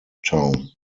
town